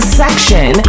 section